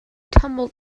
tumbled